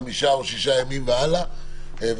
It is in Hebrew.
חמישה או שישה ימים והלאה וכולי.